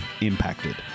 impacted